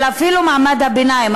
אפילו של מעמד הביניים.